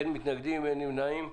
אין מתנגדים, אין נמנעים,